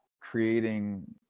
creating